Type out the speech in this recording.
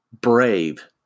brave